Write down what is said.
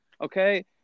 Okay